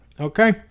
okay